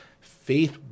faith